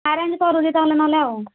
arrange କରୁଛି ତାହାଲେ ନ ହେଲେ ଆଉ